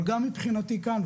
אבל גם מבחינתי כאן,